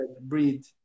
breed